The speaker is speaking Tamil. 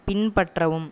பின்பற்றவும்